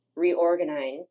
reorganize